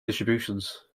distributions